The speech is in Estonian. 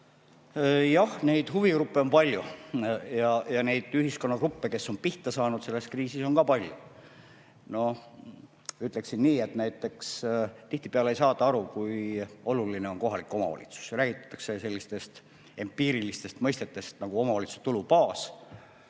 Jah, neid huvigruppe on palju. Neid ühiskonnagruppe, kes on pihta saanud selles kriisis, on ka palju. No ütleksin nii, et näiteks tihtipeale ei saada aru, kui oluline on kohalik omavalitsus, räägitakse sellistest empiirilistest mõistetest nagu omavalitsuse tulubaas.